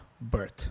birth